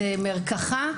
זה מרקחה.